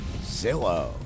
Zillow